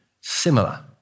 similar